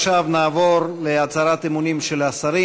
נעבור להצהרת אמונים של השרים.